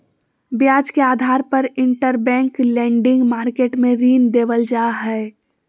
ब्याज के आधार पर इंटरबैंक लेंडिंग मार्केट मे ऋण देवल जा हय